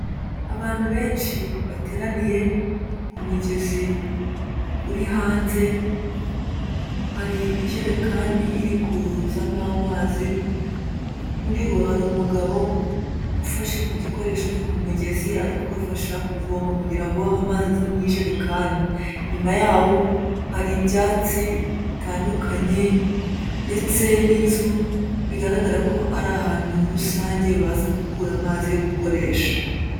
Abantu benshi bateraniye ku mugezi uri hanze, hari ijerekani iri kuzamo amazi muri bo hari umugabo ufashe ku gikoresho cyo ku mugezi ari kubafasha kuvoma kugira ngo amazi aze mu ijerekani, inyuma yaho hari ibyatsi bitandukanye ndetse n'inzu bigaragara ko ari ahantu rusange baza gukura amazi yo gukoresha.